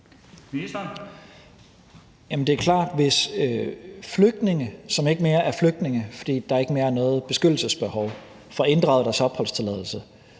Det er klart, at hvis flygtninge, som ikke mere er flygtninge, fordi der ikke mere er noget beskyttelsesbehov, får inddraget deres opholdstilladelse,